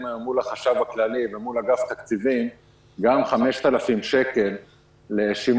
היום מול החשב הכללי ומול אגף התקציבים גם 5,000 שקל לשימור